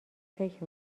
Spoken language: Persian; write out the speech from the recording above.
فکر